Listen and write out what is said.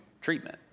treatment